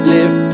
Live